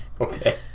Okay